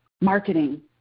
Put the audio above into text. marketing